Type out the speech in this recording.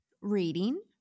Reading